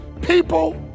people